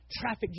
traffic